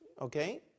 Okay